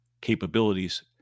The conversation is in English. capabilities